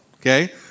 okay